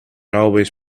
always